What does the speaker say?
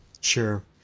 Sure